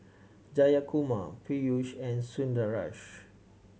Jayakumar Peyush and Sundaresh